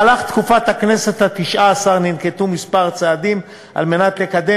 בתקופת הכנסת התשע-עשרה ננקטו כמה צעדים כדי לקדם